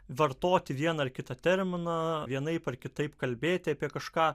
vartoti vieną ar kitą terminą vienaip ar kitaip kalbėti apie kažką